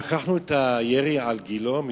שכחנו את הירי על גילה מבית-לחם?